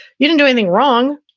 you didn't do anything wrong.